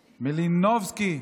מלינובסקי.